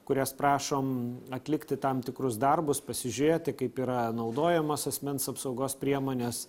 kurias prašom atlikti tam tikrus darbus pasižiūrėti kaip yra naudojamos asmens apsaugos priemonės